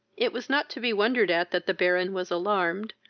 it was not to be wondered at that the baron was alarmed,